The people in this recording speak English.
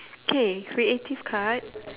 okay creative card